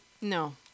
No